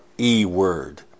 E-word